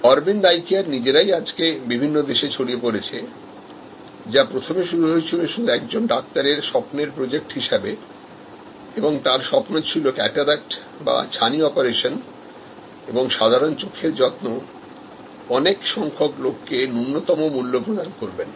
Aravind Eye Care নিজেরাই আজকে বিভিন্ন দেশে ছড়িয়ে পড়েছে যা প্রথমে শুরু হয়েছিল শুধু একজন ডাক্তারের স্বপ্নের প্রজেক্ট হিসাবে এবং তার স্বপ্ন ছিল ক্যাটারাক্ট বা ছানি অপারেশন এবংসাধারণ চোখের যত্ন অনেক সংখ্যক লোককে ন্যূনতম মূল্য প্রদান করবেন